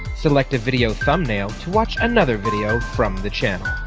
select a video thumbnail to watch another video from the channel.